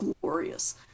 glorious